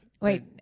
Wait